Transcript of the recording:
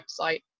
website